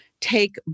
take